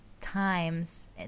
times